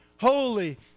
holy